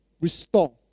restore